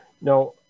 now